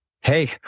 Hey